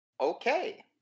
Okay